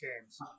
games